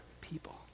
people